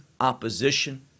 opposition